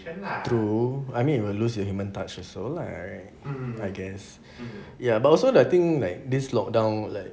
true I mean you will lose your human touches also lah right I guess ya but also the thing like this lockdown like